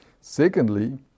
Secondly